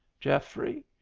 geoffrey?